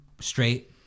straight